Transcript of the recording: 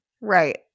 Right